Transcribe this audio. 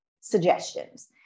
suggestions